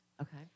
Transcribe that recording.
Okay